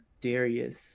Darius